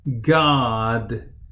God